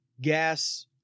gas